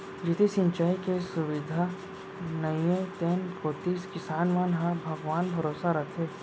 जेती सिंचाई के सुबिधा नइये तेन कोती किसान मन ह भगवान भरोसा रइथें